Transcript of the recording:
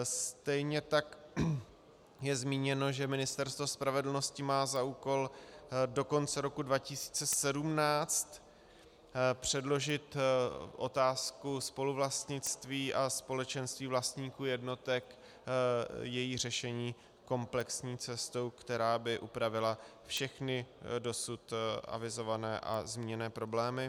Stejně tak je zmíněno, že Ministerstvo spravedlnosti má za úkol do konce roku 2017 předložit otázku spoluvlastnictví a společenství vlastníků jednotek, její řešení komplexní cestou, která by upravila všechny dosud avizované a zmíněné problémy.